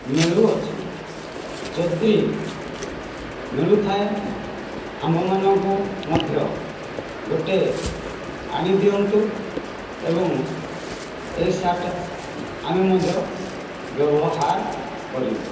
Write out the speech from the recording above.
ମିଳୁଅଛି ଯଦି ମିଳୁଥାଏ ଆମ୍ଭମାନଙ୍କୁ ମଧ୍ୟ ଗୋଟିଏ ଆଣି ଦିଅନ୍ତୁ ଏବଂ ଏହି ସାର୍ଟ ଆମେ ମଧ୍ୟ ବ୍ୟବହାର କରିବୁ